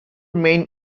main